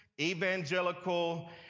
evangelical